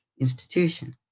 institution